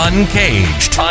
Uncaged